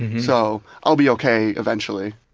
so i'll be ok eventually,